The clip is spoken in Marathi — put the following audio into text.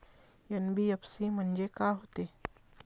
एन.बी.एफ.सी म्हणजे का होते?